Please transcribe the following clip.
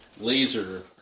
laser